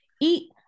Eat